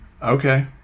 Okay